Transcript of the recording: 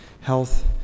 health